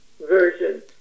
version